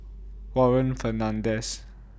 Warren Fernandez